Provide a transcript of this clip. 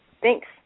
Thanks